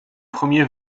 premier